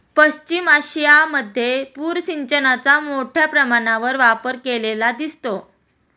पश्चिम आशियामध्ये पूर सिंचनाचा मोठ्या प्रमाणावर वापर केलेला दिसतो